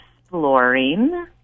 exploring